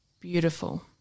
Beautiful